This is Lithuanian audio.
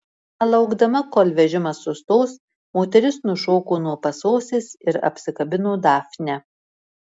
nelaukdama kol vežimas sustos moteris nušoko nuo pasostės ir apsikabino dafnę